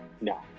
no